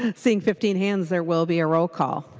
seeing fifteen hands there will be a roll call.